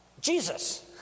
Jesus